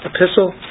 Epistle